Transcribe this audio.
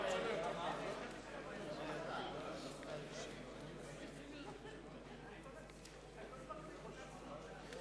האיחוד הלאומי לסעיף 141 לא נתקבלה.